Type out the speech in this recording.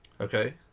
Okay